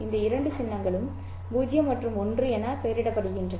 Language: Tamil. இந்த இரண்டு சின்னங்களும் 0 மற்றும் 1 என பெயரிடப்பட்டுள்ளன